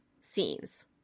scenes